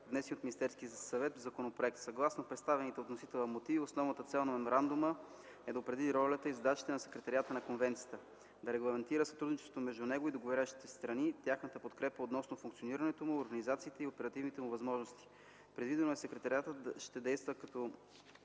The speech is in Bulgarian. внесения от Министерския съвет законопроект. Съгласно представените от вносителя мотиви основната цел на меморандума е да определи ролята и задачите на Секретариата на конвенцията, да регламентира сътрудничеството между него и договарящите се страни, тяхната подкрепа относно функционирането му, организацията и оперативните му възможности. Предвидено е Секретариатът да действа като